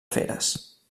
feres